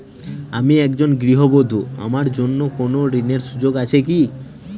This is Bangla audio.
আমি একজন গৃহবধূ আমার জন্য কোন ঋণের সুযোগ আছে কি?